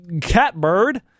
Catbird